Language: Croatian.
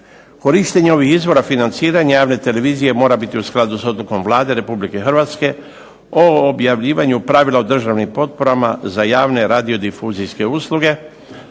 Korištenje ovih izvora financiranja javne televizije mora biti u skladu s odlukom Vlade Republike Hrvatske o objavljivanju pravila o državnim potporama za javne radiodifuzijske usluge,